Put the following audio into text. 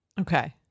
Okay